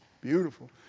beautiful